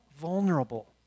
vulnerable